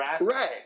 Right